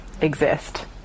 Exist